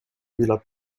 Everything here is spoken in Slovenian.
bila